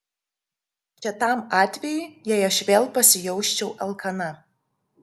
čia tam atvejui jei aš vėl pasijausčiau alkana